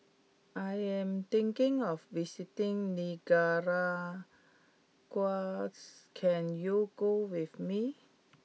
I am thinking of visiting Nicaragua can you go with me